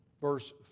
verse